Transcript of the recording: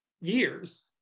years